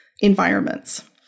environments